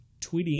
tweeting